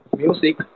music